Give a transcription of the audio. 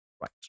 Right